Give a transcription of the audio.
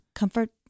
comfort